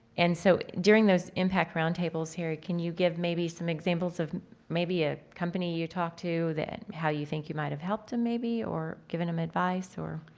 and so during those impact roundtables here, can you give maybe some examples of maybe a company you talk to that, how you think you might have helped them maybe? or giving them advice?